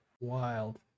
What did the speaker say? Wild